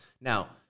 Now